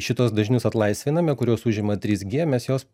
šituos dažnius atlaisviname kuriuos užima trys gie mes juos